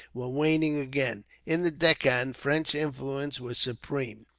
were waning again. in the deccan, french influence was supreme.